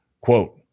Quote